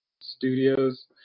studios